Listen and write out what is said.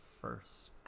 first